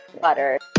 butter